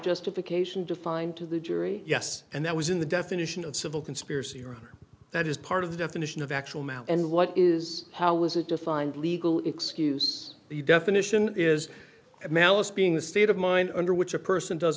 justification defined to the jury yes and that was in the definition of civil conspiracy or that is part of the definition of actual and what is how is it defined legal excuse the definition is malice being the state of mind under which a person does